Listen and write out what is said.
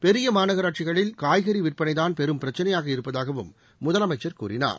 பெரிய மாநகராட்சிகளில் காய்கறி விற்பனைதான் பெரும் பிரச்சினையாக இருப்பதாகவும் முதலமைச்சர் கூறினார்